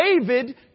David